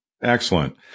Excellent